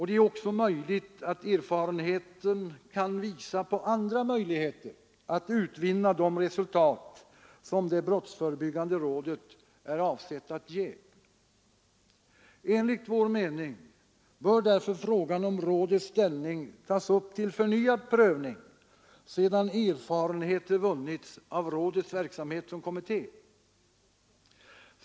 Det är också möjligt att erfarenheten kan visa på andra möjligheter att utvinna de resultat som det brottsförebyggande rådet är avsett att ge. Enligt vår mening bör frågan om rådets ställning tas upp till förnyad prövning sedan erfarenheter vunnits av rådets verksamhet som kommitté.